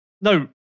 No